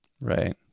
Right